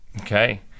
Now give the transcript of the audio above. Okay